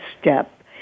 step